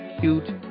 cute